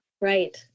Right